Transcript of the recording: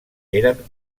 eren